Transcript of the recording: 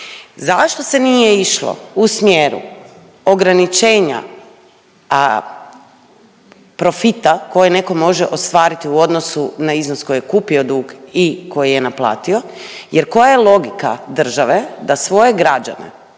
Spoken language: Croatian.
zašto se nije išlo u smjeru ograničenja profita koji neko može ostvariti u odnosu na iznos koji je kupio dug i koji je naplatio jer koja je logika države da svoje građane